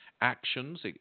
actions